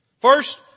First